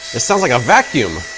it sounds like a vacuum.